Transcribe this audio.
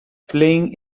playing